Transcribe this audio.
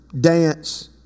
Dance